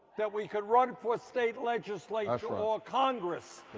that we can run for state legislator or ah congress.